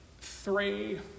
three